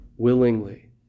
Willingly